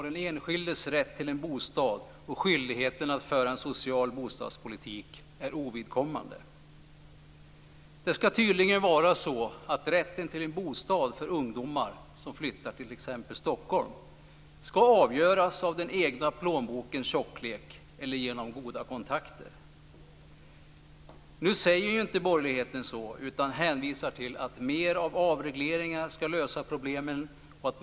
Den enskildes rätt till en bostad och skyldigheten att föra en social bostadspolitik är ovidkommande. Det ska tydligen vara så att rätten till en bostad för ungdomar som flyttar t.ex. till Stockholm ska avgöras av den egna plånbokens tjocklek eller genom goda kontakter. Nu säger ju borgerligheten inte så utan hänvisar till att mer av avregleringar ska lösa problemen.